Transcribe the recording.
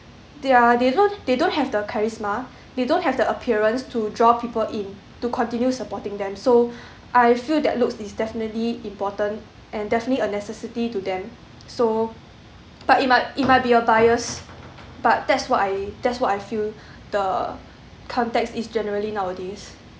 they're they don't they don't have the charisma they don't have the appearance to draw people in to continue supporting them so I feel that looks is definitely important and definitely a necessity to them so but it might it might be a bias but that's what I that's what I feel the context is generally nowadays